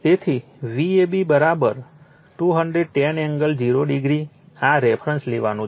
તેથી Vab 210 angle 0o આ reference લેવાનો છે